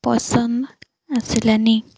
ପସନ୍ଦ ଆସିଲାନି